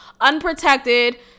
unprotected